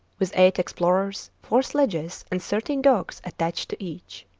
with eight explorers, four sledges, and thirteen dogs attached to each.